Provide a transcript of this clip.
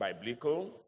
Biblical